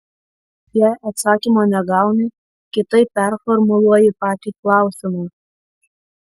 jei atsakymo negauni kitaip performuluoji patį klausimą